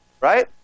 right